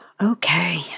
Okay